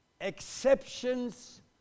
Exceptions